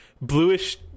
bluish